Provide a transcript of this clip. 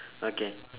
okay